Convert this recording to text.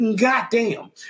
Goddamn